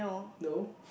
no